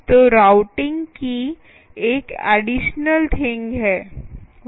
तो राउटिंग की एक एडिशनल थिंग है